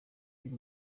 uyu